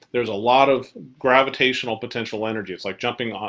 there's a lot of gravitational potential energy. it's like jumping. ah